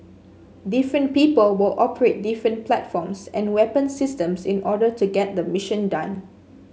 different people will operate different platforms and weapon systems in order to get the mission done